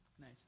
Nice